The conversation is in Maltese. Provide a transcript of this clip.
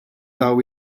dawn